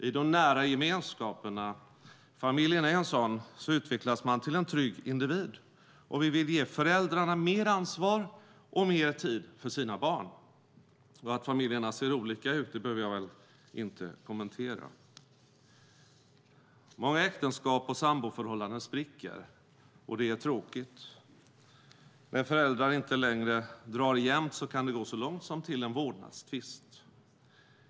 I de nära gemenskaperna - familjen är en sådan - utvecklas man till en trygg individ. Vi vill ge föräldrarna mer ansvar och mer tid för sina barn. Och att familjerna ser olika ut behöver jag väl inte kommentera. Många äktenskap och samboförhållanden spricker. Det är tråkigt. När föräldrar inte längre drar jämnt kan det gå så långt som till en vårdnadstvist.